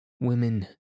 Women